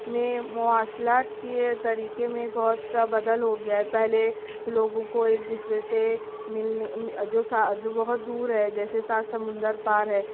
میں مواصلات کے طریقے میں بہت سا بدل ہوگیا ہے پہلے لوگوں کو ایک دوسرے سے ملنے جو سا جو بہت دور ہے جیسے سات سمندر پار ہے